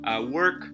work